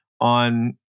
on